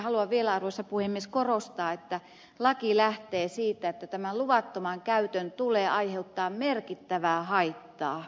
haluan vielä arvoisa puhemies korostaa että laki lähtee siitä että tämän luvattoman käytön tulee aiheuttaa merkittävää haittaa yhteisötilaajalle